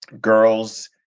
girls